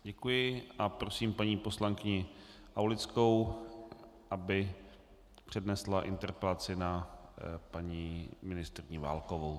Děkuji a prosím paní poslankyni Aulickou, aby přednesla interpelaci na paní ministryni Válkovou.